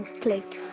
clicked